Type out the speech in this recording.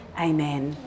Amen